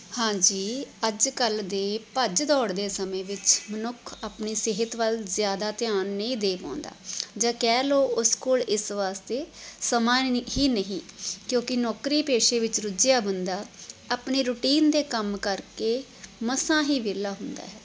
ਹਾਂਜੀ ਅੱਜ ਕੱਲ੍ਹ ਦੇ ਭੱਜ ਦੌੜ ਦੇ ਸਮੇਂ ਵਿੱਚ ਮਨੁੱਖ ਆਪਣੀ ਸਿਹਤ ਵੱਲ ਜ਼ਿਆਦਾ ਧਿਆਨ ਨਹੀਂ ਦੇ ਪਾਉਂਦਾ ਜਾਂ ਕਹਿ ਲਓ ਉਸ ਕੋਲ ਇਸ ਵਾਸਤੇ ਸਮਾਂ ਨਿਖੀ ਨਹੀਂ ਕਿਉਂਕਿ ਨੌਕਰੀ ਪੇਸ਼ੇ ਵਿੱਚ ਰੁੱਝਿਆ ਬੰਦਾ ਆਪਣੇ ਰੂਟੀਨ ਦੇ ਕੰਮ ਕਰਕੇ ਮਸਾਂ ਹੀ ਵੇਹਲਾ ਹੁੰਦਾ ਹੈ